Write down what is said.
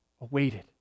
awaited